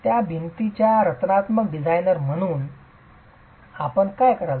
त्या भिंतीच्या रचनात्मक डिझाइनर म्हणून आपण काय कराल